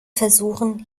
versuchen